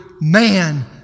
man